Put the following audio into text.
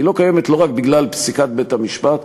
היא לא קיימת לא רק בגלל פסיקת בית-המשפט,